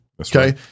okay